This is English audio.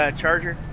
charger